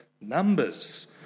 Numbers